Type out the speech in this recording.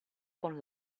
con